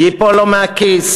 ייפול לו מהכיס,